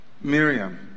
Miriam